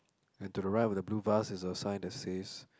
and to the right of the blue vase is a sign that says